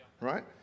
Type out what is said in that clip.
right